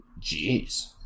Jeez